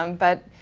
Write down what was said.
um but,